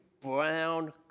brown